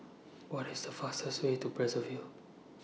What IS The fastest Way to Brazzaville